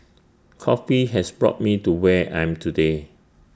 coffee has brought me to where I'm today